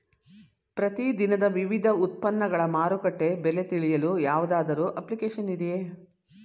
ಪ್ರತಿ ದಿನದ ವಿವಿಧ ಉತ್ಪನ್ನಗಳ ಮಾರುಕಟ್ಟೆ ಬೆಲೆ ತಿಳಿಯಲು ಯಾವುದಾದರು ಅಪ್ಲಿಕೇಶನ್ ಇದೆಯೇ?